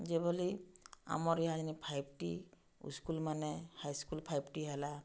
ଯେଭଳି ଆମର୍ ୟାହାନି ଫାଇଭ୍ ଟି ଉସ୍କୁଲ୍ମାନେ ହାଇସ୍କୁଲ୍ ଫାଇଭ୍ ଟି ହେଲା